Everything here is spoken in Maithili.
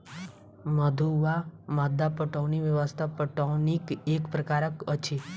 मद्दु वा मद्दा पटौनी व्यवस्था पटौनीक एक प्रकार अछि